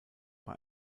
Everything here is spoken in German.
bei